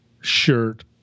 shirt